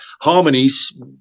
harmonies